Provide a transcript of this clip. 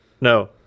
no